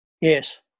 Yes